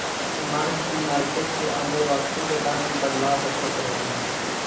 mark to market के अंदर वस्तु के दाम में बदलाव होखत रहेला